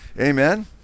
Amen